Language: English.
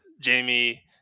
Jamie